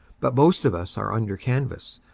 but most of us are under canvas,